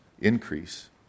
increase